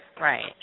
Right